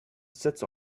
sits